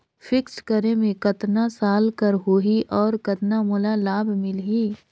Fixed करे मे कतना साल कर हो ही और कतना मोला लाभ मिल ही?